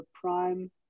prime